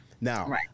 now